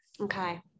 okay